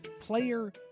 Player